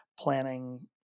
planning